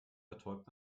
betäubt